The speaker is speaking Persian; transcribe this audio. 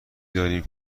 داریم